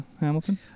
Hamilton